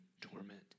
torment